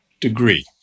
degree